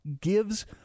gives